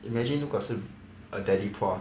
imagine 如果是 a daddy pua